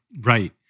Right